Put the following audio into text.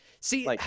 See